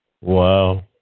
Wow